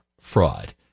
fraud